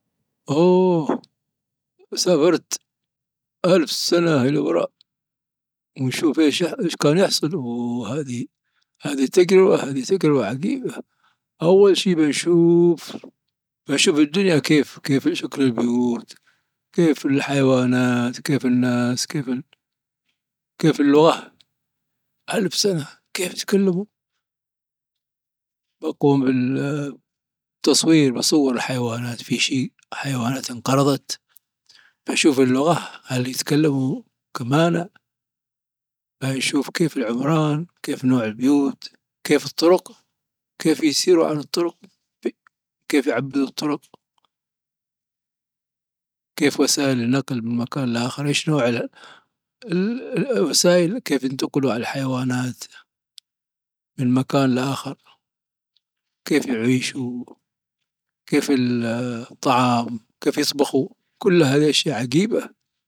اوه سافرت الف سنة الى الوراء. نشوف ايش كان يحصل اوه هذي تجربة هذي تجربة عجيبة اول شي بنشوف الدنيا كيف كيف البيوت، كيف الحيوانات؟ كيف الناس؟ كيفالـ كيف اللغة؟ الف سنة كيف يتكلموا ؟باقوم بالتصوير بصوّر الحيوانات في شي حيوانات انقرضت بانشوف اللغة هل يتكلموا كمانا؟ بانشوف العمران بانشوف الطرق كيف يسيروا عالطرق كيف بعبدوا الطرق كيف وسايل النقل من مكان لاخر كيف ينتقلوا كيف يعيشوا كيف يطبخوا كل هذا اشيا عجيبة.